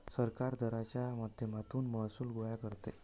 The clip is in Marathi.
सरकार दराच्या माध्यमातून महसूल गोळा करते